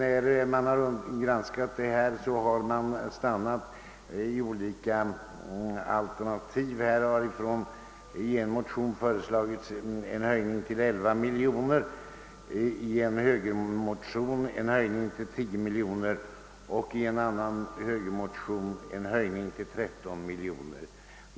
Vid sin granskning har motionärerna stannat för olika alternativ. I en motion har föreslagits en höjning till 11 miljoner kronor. I en högermotion har föreslagits en höjning till 10 miljoner kronor och i en annan högermotion en höjning till 13 miljoner kronor.